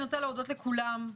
אני רוצה להודות לכולם,